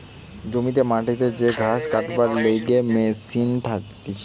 জমিতে মাটিতে যে ঘাস কাটবার লিগে মেশিন থাকতিছে